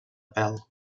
pèl